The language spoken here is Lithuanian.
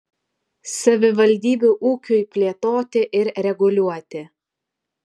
savivaldybių ūkiui plėtoti ir reguliuoti